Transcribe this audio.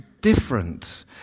different